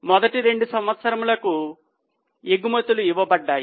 మొదటి 2 సంవత్సరములకు ఎగుమతులు ఇవ్వబడ్డాయి